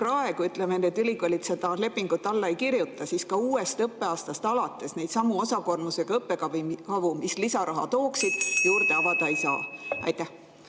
praegu need ülikoolid seda lepingut alla ei kirjuta, siis ka uuest õppeaastast alates neidsamu osakoormusega õppekavu, mis lisaraha tooksid, juurde avada ei saa. Aitäh!